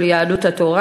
של יהדות התורה.